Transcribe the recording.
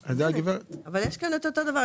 אבל יש כאן את אותו דבר.